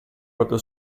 proprio